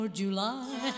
july